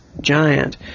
giant